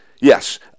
Yes